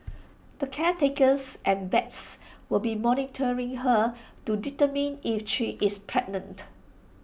the caretakers and vets will be monitoring her to determine if she is pregnant